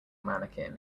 mannequin